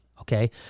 okay